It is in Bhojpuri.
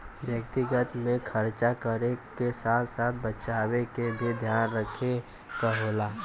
व्यक्तिगत में खरचा करे क साथ साथ बचावे क भी ध्यान रखे क होला